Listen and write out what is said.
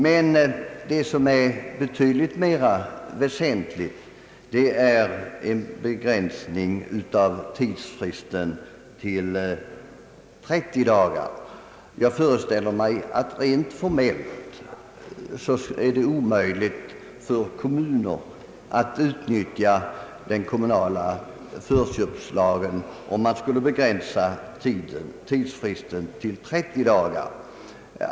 Men det som är mera väsentligt är den föreslagna begränsningen av tidsfristen till 30 dagar. Jag föreställer mig, att det rent formellt är omöjligt för kommuner att utnyttja den kommunala förköpslagen, om man skulle begränsa tidsfristen till 30 dagar.